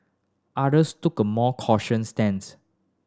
others took a more cautious stance